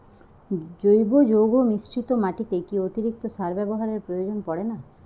জৈব যৌগ মিশ্রিত মাটিতে কি অতিরিক্ত সার ব্যবহারের প্রয়োজন পড়ে না?